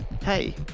hey